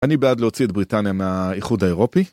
אני בעד להוציא את בריטניה מהאיחוד האירופי.